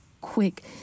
quick